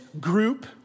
group